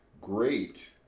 great